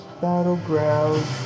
battleground